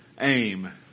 AIM